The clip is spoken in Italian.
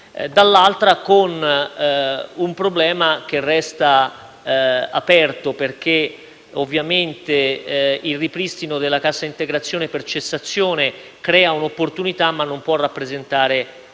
C'è però un problema che resta aperto, perché ovviamente il ripristino della cassa integrazione per cessazione crea un'opportunità ma non può rappresentare un